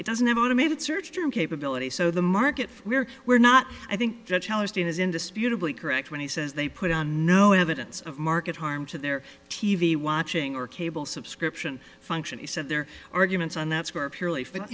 it doesn't have automated search term capability so the market where we're not i think is indisputably correct when he says they put on no evidence of market harm to their t v watching or cable subscription function he said their arguments on that score purely for